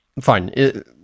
fine